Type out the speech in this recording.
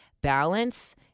balance